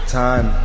time